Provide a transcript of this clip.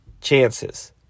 chances